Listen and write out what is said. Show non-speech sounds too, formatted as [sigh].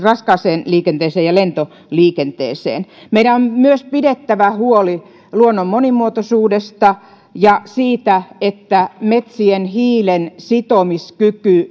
[unintelligible] raskaaseen liikenteeseen ja lentoliikenteeseen meidän on myös pidettävä huoli luonnon monimuotoisuudesta ja siitä että metsien hiilensitomiskyky [unintelligible]